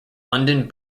london